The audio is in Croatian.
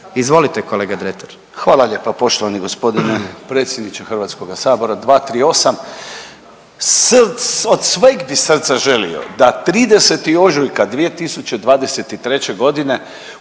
Davor (DP)** Hvala lijepa poštovani gospodine predsjedniče Hrvatskoga sabora. 238., od sveg bi srca želio da 30. ožujka 2023. godine